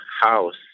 house